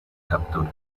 captura